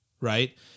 right